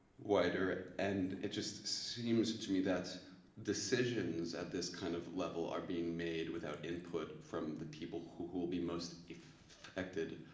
whiter. and it just seems to me that decisions at this kind of level are being made without input from the people who who will be most affected